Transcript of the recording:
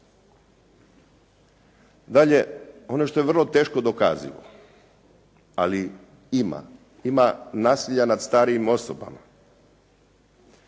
Dalje, ono što je vrlo teško dokazivo, ali ima, ima nasilja nad starim osobama.